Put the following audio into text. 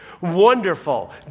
wonderful